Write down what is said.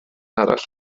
arall